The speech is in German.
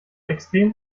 extrem